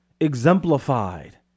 exemplified